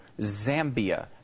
Zambia